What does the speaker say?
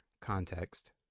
context